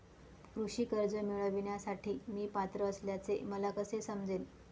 कृषी कर्ज मिळविण्यासाठी मी पात्र असल्याचे मला कसे समजेल?